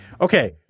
Okay